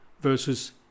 versus